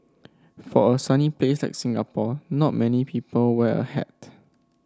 for a sunny place like Singapore not many people wear a hat